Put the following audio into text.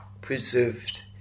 preserved